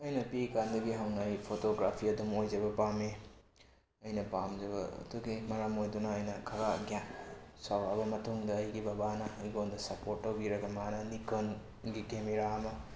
ꯑꯩꯅ ꯄꯤꯛꯏꯀꯥꯟꯗꯒꯤ ꯍꯧꯅ ꯑꯩ ꯐꯣꯇꯣꯒ꯭ꯔꯥꯐꯤ ꯑꯗꯨꯝ ꯑꯣꯏꯖꯕ ꯄꯥꯝꯃꯤ ꯑꯩꯅ ꯄꯥꯝꯂꯤꯕꯗꯨꯒꯤ ꯃꯔꯝ ꯑꯣꯏꯗꯨꯅ ꯑꯩꯅ ꯈꯔ ꯒ꯭ꯌꯥꯟ ꯆꯥꯎꯔꯛꯑꯕ ꯃꯇꯨꯡꯗ ꯑꯩꯒꯤ ꯕꯕꯥꯅ ꯑꯩꯉꯣꯟꯗ ꯁꯞꯄꯣꯔꯠ ꯇꯧꯕꯤꯔꯒ ꯃꯥꯅ ꯅꯤꯛꯀꯣꯟꯒꯤ ꯀꯦꯃꯦꯔꯥ ꯑꯃ